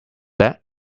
that